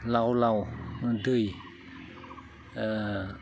लाव लाव दै